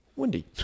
windy